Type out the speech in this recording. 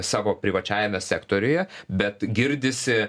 savo privačiajame sektoriuje bet girdisi